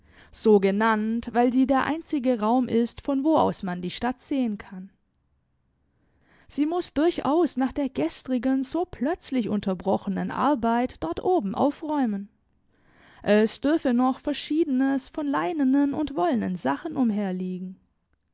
so genannt weil sie der einzige raum ist von wo aus man die stadt sehen kann sie muß durchaus nach der gestrigen so plötzlich unterbrochenen arbeit dort oben aufräumen es dürfe noch verschiedenes von leinenen und wollenen sachen umherliegen